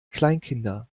kleinkinder